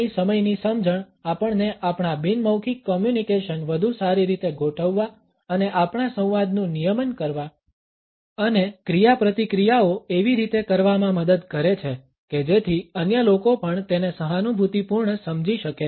આપણી સમયની સમજણ આપણને આપણા બિન મૌખિક કોમ્યુનિકેશન વધુ સારી રીતે ગોઠવવા અને આપણા સંવાદનુ નિયમન કરવા અને ક્રિયાપ્રતિક્રિયાઓ એવી રીતે કરવામાં મદદ કરે છે કે જેથી અન્ય લોકો પણ તેને સહાનુભૂતિપૂર્ણ સમજી શકે